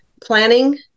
Planning